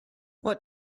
what